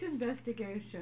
investigation